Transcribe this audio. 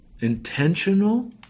intentional